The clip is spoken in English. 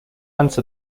answer